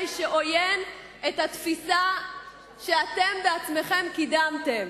שעוין את התפיסה שאתם בעצמכם קידמתם.